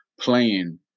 playing